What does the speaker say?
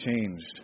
changed